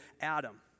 Adam